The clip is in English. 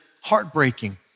heartbreaking